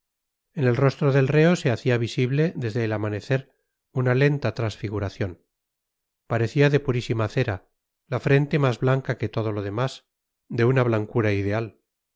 en el rostro del reo se hacía visible desde el amanecer una lenta transfiguración parecía de purísima cera la frente más blanca que todo lo demás de una blancura ideal